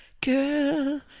Girl